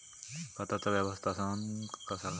खताचा व्यवस्थापन कसा करायचा?